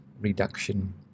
reduction